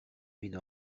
ride